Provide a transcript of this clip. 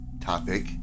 topic